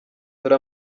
dore